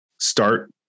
start